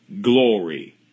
glory